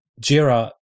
Jira